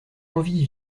envie